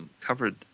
covered